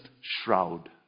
shroud